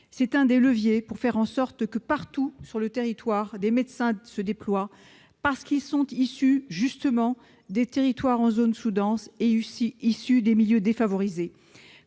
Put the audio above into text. C'est l'un des leviers pour faire en sorte que, partout sur le territoire, des médecins se déploient, justement parce qu'ils sont issus de territoires situés en zone sous-dense et de milieux défavorisés.